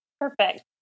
Perfect